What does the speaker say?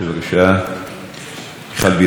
ואחריה, חבר הכנסת חיליק בר,